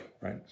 right